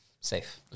Safe